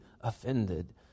offended